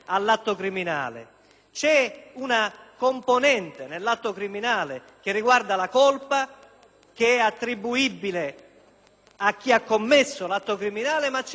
è una componente nell'atto criminale che riguarda la colpa che è attribuibile a chi ha commesso l'atto criminale, ma c'è un'altra componente,